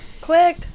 Quick